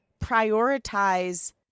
prioritize